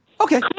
Okay